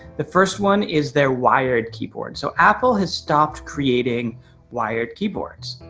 the first one is their wired keyboard. so apple has stopped creating wired keyboards.